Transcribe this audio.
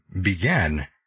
began